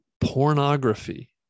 pornography